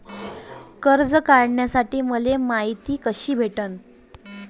कर्ज काढासाठी मले मायती कशी भेटन?